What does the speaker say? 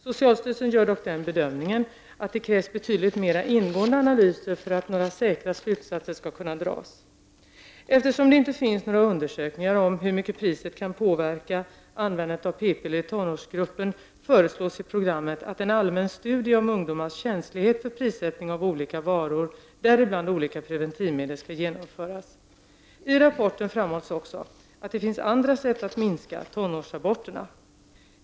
Socialstyrelsen gör dock den bedömningen att det krävs betydligt mera ingående analyser för att några säkra slutsatser skall kunna dras. Eftersom det inte finns några undersökningar om hur mycket priset kan påverka användandet av p-piller i tonårsgruppen föreslås i programmet att en allmän studie om ungdomars känslighet för prissättningen av olika varor, däribland olika preventivmedel, skall genomföras. I rapporten framhålls också att det finns andra sätt att minska tonårsaborterna.